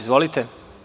Izvolite.